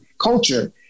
culture